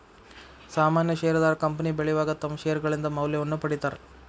ಸಾಮಾನ್ಯ ಷೇರದಾರ ಕಂಪನಿ ಬೆಳಿವಾಗ ತಮ್ಮ್ ಷೇರ್ಗಳಿಂದ ಮೌಲ್ಯವನ್ನ ಪಡೇತಾರ